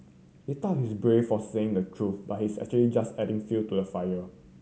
he thought he's brave for saying the truth but he's actually just adding fuel to the fire